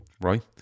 right